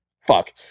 Fuck